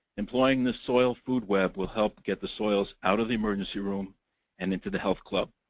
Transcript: employing this soil food web will help get the soils out of the emergency room and into the health club.